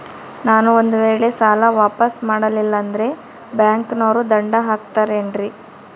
ನಾನು ಒಂದು ವೇಳೆ ಸಾಲ ವಾಪಾಸ್ಸು ಮಾಡಲಿಲ್ಲಂದ್ರೆ ಬ್ಯಾಂಕನೋರು ದಂಡ ಹಾಕತ್ತಾರೇನ್ರಿ?